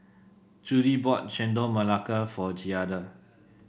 Judy bought Chendol Melaka for Giada